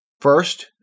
First